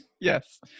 Yes